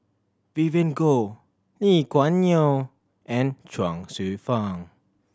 Vivien Goh Lee Kuan Yew and Chuang Hsueh Fang